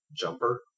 Jumper